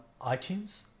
itunes